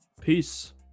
Peace